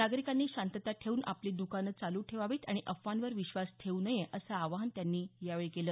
नागरीकांनी शांतता ठेऊन आपली दुकानं चालू ठेवावीत आणि अफवांवर विश्वास ठेवू नये असं आवाहन त्यांनी यावेळी केलं